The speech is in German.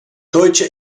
deutsche